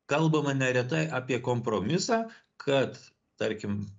kalbama neretai apie kompromisą kad tarkim